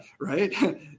right